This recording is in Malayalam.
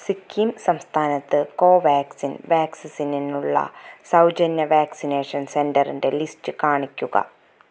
സിക്കിം സംസ്ഥാനത്ത് കോവാക്സിൻ വാക്സിനിനുള്ള സൗജന്യ വാക്സിനേഷൻ സെൻറ്ററിൻ്റെ ലിസ്റ്റ് കാണിക്കുക